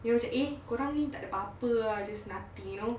dorang macam eh korang ni tak ada apa-apa ah just nothing you know